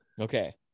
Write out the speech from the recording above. okay